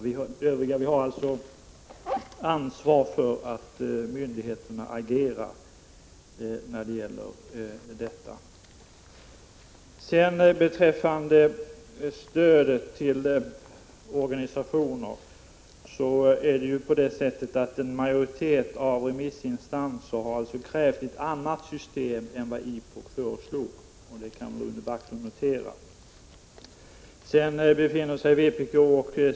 Vi övriga har alltså förtroende för att myndigheterna tar sitt ansvar och agerar när det gäller detta. En majoritet av remissinstanserna har krävt ett annat system i fråga om stödet till organisationer än vad IPOK föreslagit. Det kan Rune Backlund notera.